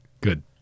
Good